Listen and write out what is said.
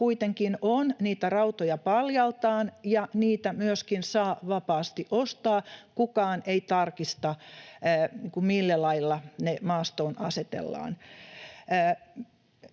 kuitenkin on niitä rautoja paljaaltaan ja niitä myöskin saa vapaasti ostaa, kukaan ei tarkista, millä lailla ne maastoon asetellaan.